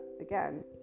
again